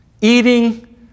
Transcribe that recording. eating